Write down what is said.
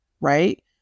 right